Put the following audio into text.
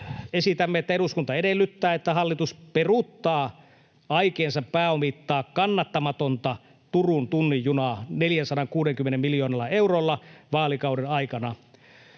esitämme: ”Eduskunta edellyttää, että hallitus peruuttaa aikeensa pääomittaa kannattamatonta Turun tunnin junaa 460 miljoonalla eurolla vaalikauden aikana.”